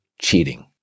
cheating